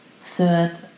third